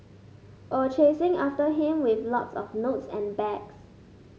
or chasing after him with lots of notes and bags